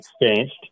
exchanged